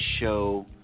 show